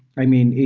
i mean,